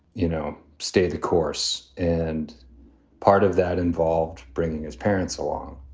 you know, stay the course. and part of that involved bringing his parents along.